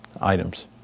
items